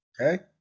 Okay